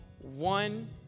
one